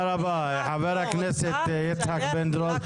יצחק פינדרוס